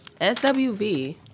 SWV